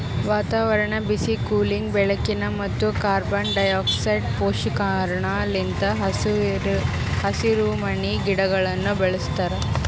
ವಾತಾವರಣ, ಬಿಸಿ, ಕೂಲಿಂಗ್, ಬೆಳಕಿನ ಮತ್ತ ಕಾರ್ಬನ್ ಡೈಆಕ್ಸೈಡ್ ಪುಷ್ಟೀಕರಣ ಲಿಂತ್ ಹಸಿರುಮನಿ ಗಿಡಗೊಳನ್ನ ಬೆಳಸ್ತಾರ